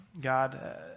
God